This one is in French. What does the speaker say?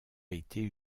été